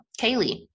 Kaylee